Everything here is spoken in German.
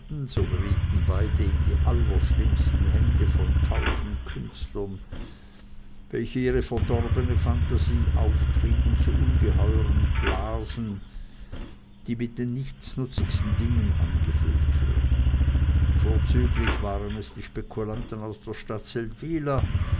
beide in die allerschlimmsten hände von tausendkünstlern welche ihre verdorbene phantasie auftrieben zu ungeheuren blasen die mit den nichtsnutzigsten dingen angefüllt wurden vorzüglich waren es die spekulanten aus der stadt